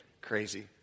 Crazy